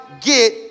get